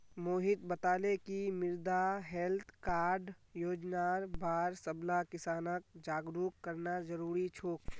मोहित बताले कि मृदा हैल्थ कार्ड योजनार बार सबला किसानक जागरूक करना जरूरी छोक